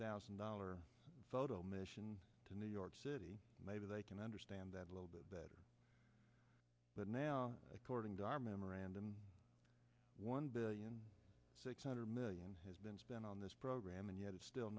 thousand dollar photo mission to new york city maybe they can understand that a little bit better but now according to our memorandum one billion six hundred million has been spent on this program and yet it's still